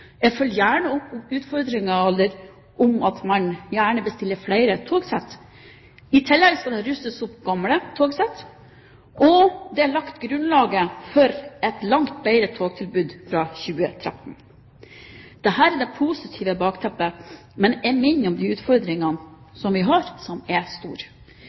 Jeg følger gjerne opp utfordringen, at man bestiller flere togsett. I tillegg skal gamle togsett rustes opp, og grunnlaget er lagt for et langt bedre togtilbud fra 2012. Dette er det positive bakteppet, men jeg minner om at de utfordringene som vi har, er store.